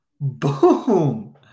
Boom